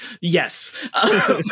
Yes